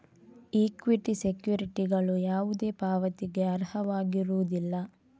equity ಸೆಕ್ಯುರಿಟಿಗಳು ಯಾವುದೇ ಪಾವತಿಗೆ ಅರ್ಹವಾಗಿರುವುದಿಲ್ಲ